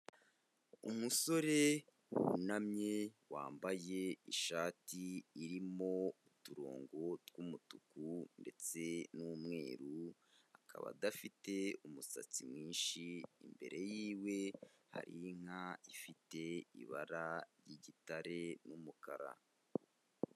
Umusore wunamye, wambaye ishati irimo uturongo tw'umutuku ndetse n'umweru, akaba adafite umusatsi mwinshi, imbere yiwe hari inka ifite ibara ry'igitare n'umukara.